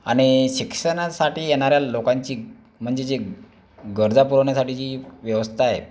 आणि शिक्षणासाठी येणाऱ्या लोकांची म्हणजे जे गरजा पुरवण्यासाठी जी व्यवस्था आहे